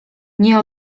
nie